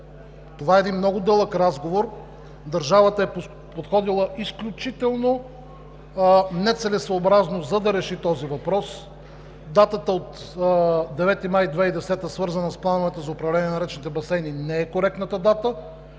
Това е много дълъг разговор. Държавата е подходила изключително нецелесъобразно, за да реши този въпрос. Датата 9 май 2010 г., свързана с плановете за управление на речните басейни, не е коректната дата.